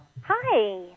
Hi